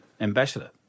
ambassador